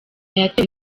yatewe